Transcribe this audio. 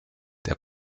der